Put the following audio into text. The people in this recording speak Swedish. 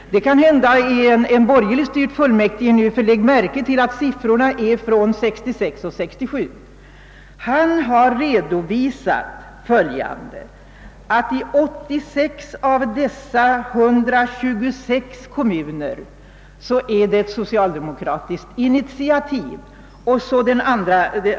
Det är kanske nu en borgerligt styrd fullmäktigeförsamling, ty siffrorna avser åren 1966 och 1967. Gruppledaren har redovisat att i 89 av. de 115 kommunerna har vårt parti tagit initiativ till en utbyggnad.